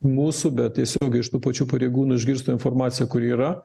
mūsų bet tiesiogiai iš tų pačių pareigūnų išgirstų informaciją kuri yra